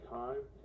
time